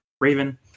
Raven